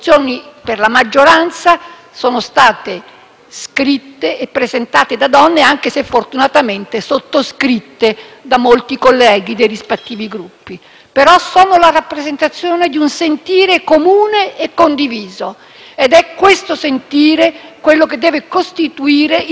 scritte e presentate da donne, anche se fortunatamente sottoscritte da molti colleghi dei rispettivi Gruppi; sono la rappresentazione di un sentire comune e condiviso. È questo sentire ciò che deve costituire il vero punto di cambiamento di un sistema.